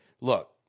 look